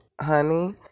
honey